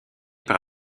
par